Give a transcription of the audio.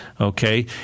okay